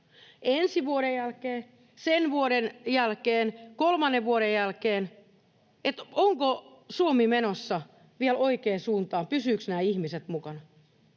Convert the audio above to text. ensi vuoden jälkeen, sen vuoden jälkeen, kolmannen vuoden jälkeen, onko Suomi menossa vielä oikeaan suuntaan, pysyvätkö nämä ihmiset mukana.